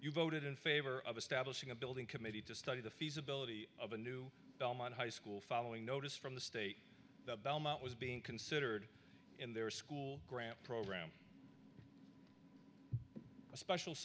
you voted in favor of establishing a building committee to study the feasibility of a new high school following notice from the state the belmont was being considered in their school grant program a special